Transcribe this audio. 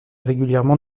régulièrement